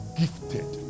gifted